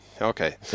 Okay